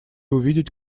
увидеть